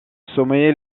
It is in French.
sommet